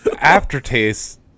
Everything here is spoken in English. aftertaste